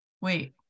Wait